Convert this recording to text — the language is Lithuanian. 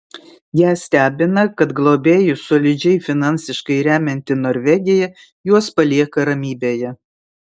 ją stebina kad globėjus solidžiai finansiškai remianti norvegija juos palieka ramybėje